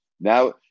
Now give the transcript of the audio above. Now